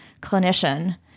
clinician